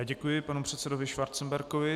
Děkuji panu předsedovi Schwarzenbergovi.